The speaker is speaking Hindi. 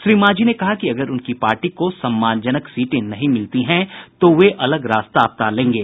श्री मांझी ने कहा कि अगर उनकी पार्टी को सम्मानजनक सीटें नहीं मिलती हैं तो वे अलग रास्ता अपना लेंगे